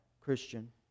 Christian